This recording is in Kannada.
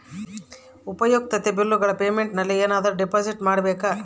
ಉಪಯುಕ್ತತೆ ಬಿಲ್ಲುಗಳ ಪೇಮೆಂಟ್ ನಲ್ಲಿ ಏನಾದರೂ ಡಿಪಾಸಿಟ್ ಮಾಡಬೇಕಾ?